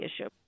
issue